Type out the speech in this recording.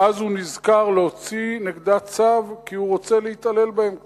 ואז הוא נזכר להוציא נגדה צו כי הוא רוצה להתעלל בהם קצת.